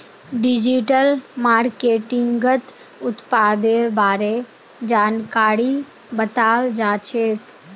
digital मार्केटिंगत उत्पादेर बारे जानकारी बताल जाछेक